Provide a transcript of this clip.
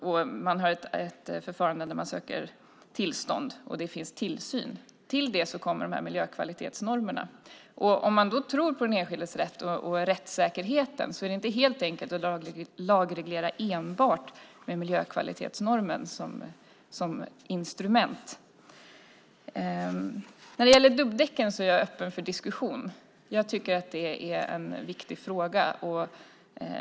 Det finns ett förfarande där man söker tillstånd, och det finns tillsyn. Till detta kommer dessa miljökvalitetsnormer. Om man då tror på den enskildes rätt och rättssäkerheten är det inte helt enkelt att lagreglera enbart med miljökvalitetsnormen som instrument. När det gäller dubbdäcken är jag öppen för diskussion. Jag tycker att det är en viktig fråga.